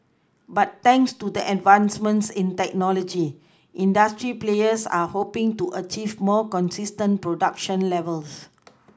but thanks to the advancements in technology industry players are hoPing to achieve more consistent production levels